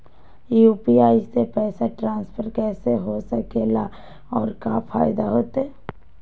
UPI से पैसा transfer कैसे हो सके ला और का फायदा होएत?